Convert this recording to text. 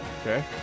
Okay